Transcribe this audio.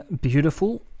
Beautiful